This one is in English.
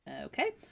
Okay